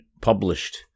Published